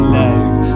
life